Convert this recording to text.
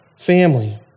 family